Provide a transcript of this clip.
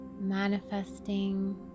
manifesting